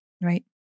Right